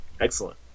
excellent